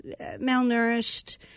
malnourished